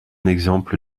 exemple